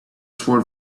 sword